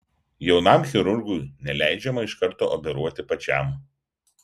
jaunam chirurgui neleidžiama iš karto operuoti pačiam